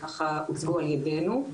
הוצגו על ידנו.